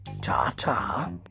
Ta-ta